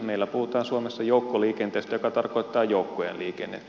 meillä puhutaan suomessa joukkoliikenteestä joka tarkoittaa joukkojen liikennettä